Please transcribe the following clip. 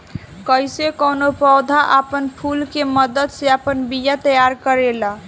कइसे कौनो पौधा आपन फूल के मदद से आपन बिया तैयार करेला